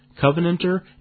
Covenanter